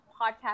podcast